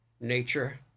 nature